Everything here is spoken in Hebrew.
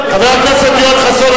חבר הכנסת יואל חסון,